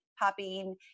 popping